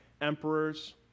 emperors